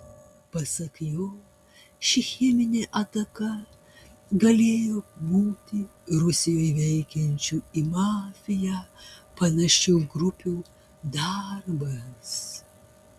pasak jo ši cheminė ataka galėjo būti rusijoje veikiančių į mafiją panašių grupių darbas